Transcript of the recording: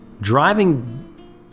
driving